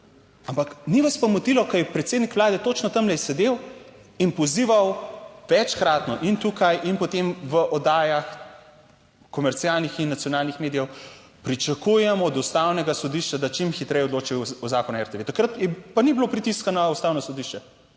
ampak ni vas pa motilo, ko je predsednik Vlade točno tam sedel in pozival večkratno in tukaj in potem v oddajah komercialnih in nacionalnih medijev pričakujem od Ustavnega sodišča, da čim hitreje odloča o Zakonu o RTV. Takrat pa ni bilo pritiska na Ustavno sodišče,